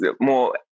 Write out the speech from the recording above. more